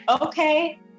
okay